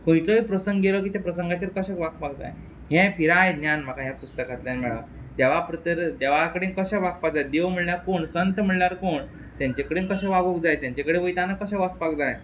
खंयचोय प्रसंग येलो की त्या प्रसंगाचेर कशें वागपाक जाय हें पुराय ज्ञान म्हाका हे पुस्तकांतल्यान मेळ्ळां देवा देवा कडेन कशें वागपाक जाय देव म्हणल्यार कोण संत म्हणल्यार कोण तेंचे कडेन कशें वागूंक जाय तेंचे कडेन वयताना कशें वचपाक जाय